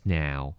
now